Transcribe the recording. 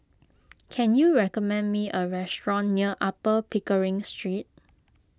can you recommend me a restaurant near Upper Pickering Street